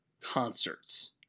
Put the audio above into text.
concerts